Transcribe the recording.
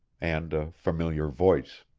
and a familiar voice.